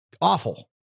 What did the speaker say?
Awful